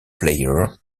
player